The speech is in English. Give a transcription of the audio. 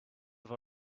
have